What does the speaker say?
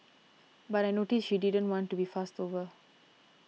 but I noticed she didn't want to be fussed over